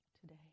Today